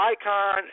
icon